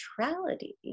neutrality